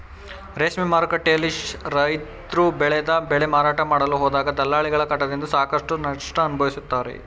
ರೇಷ್ಮೆ ಮಾರುಕಟ್ಟೆಯಲ್ಲಿ ರೈತ್ರು ಬೆಳೆದ ಬೆಳೆ ಮಾರಾಟ ಮಾಡಲು ಹೋದಾಗ ದಲ್ಲಾಳಿಗಳ ಕಾಟದಿಂದ ಸಾಕಷ್ಟು ನಷ್ಟ ಅನುಭವಿಸುತ್ತಾರೆ